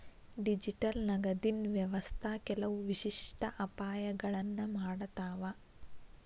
digital ನಗದಿನ್ ವ್ಯವಸ್ಥಾ ಕೆಲವು ವಿಶಿಷ್ಟ ಅಪಾಯಗಳನ್ನ ಮಾಡತಾವ